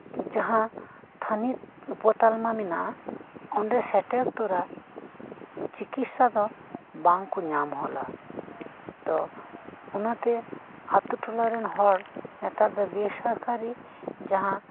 ᱡᱟᱦᱟᱸ ᱛᱷᱟᱱᱤᱛ ᱩᱯᱚ ᱛᱟᱞᱢᱟ ᱢᱮᱱᱟᱜᱼᱟ ᱚᱸᱰᱮ ᱥᱮᱴᱮᱨ ᱛᱚᱨᱟ ᱪᱤᱠᱤᱥᱥᱟ ᱫᱚ ᱵᱟᱝ ᱠᱚ ᱧᱟᱢ ᱦᱚᱫᱟ ᱛᱚ ᱚᱱᱟ ᱛᱮ ᱟᱛᱳ ᱴᱚᱞᱟ ᱨᱮᱱ ᱦᱚᱲ ᱱᱮᱛᱟᱨ ᱫᱚ ᱵᱮᱼᱥᱚᱨᱠᱟᱨᱤ ᱡᱟᱦᱟᱸ